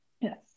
Yes